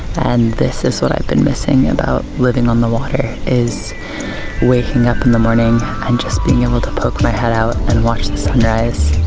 and this is what i've been missing about living on the water is waking up in the morning and just being able to poke my head out and watch the sunrise.